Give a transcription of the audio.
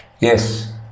Yes